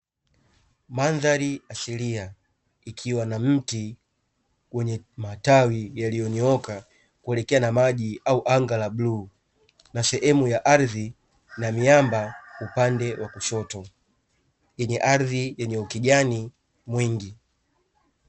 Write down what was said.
Mandhari asilia ikiwa na mti wenye matawi yaliyonyooka kuelekea na maji au anga la bluu, na sehemu ya ardhi na miamba upande wa kushoto yenye ardhi, yenye ukijani mwingi.